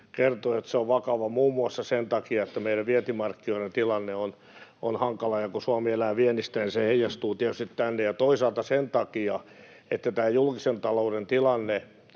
kertoi, että se on vakava muun muassa sen takia, että meidän vientimarkkinoiden tilanne on hankala — kun Suomi elää viennistä, niin se heijastuu tietysti tänne — ja toisaalta sen takia, että tämä julkisen talouden tilanne